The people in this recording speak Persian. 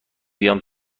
بیام